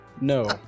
No